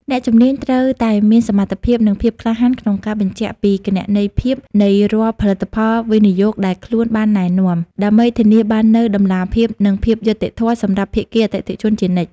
អ្នកជំនាញត្រូវតែមានសមត្ថភាព និងភាពក្លាហានក្នុងការបញ្ជាក់ពីគណនេយ្យភាពនៃរាល់ផលិតផលវិនិយោគដែលខ្លួនបានណែនាំ ដើម្បីធានាបាននូវតម្លាភាព និងភាពយុត្តិធម៌សម្រាប់ភាគីអតិថិជនជានិច្ច។